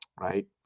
right